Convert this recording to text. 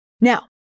Now